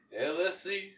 LSC